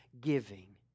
giving